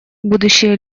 будущее